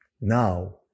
now